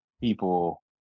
people